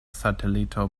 satelito